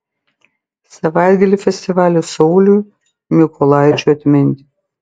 savaitgalį festivalis sauliui mykolaičiui atminti